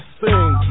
sing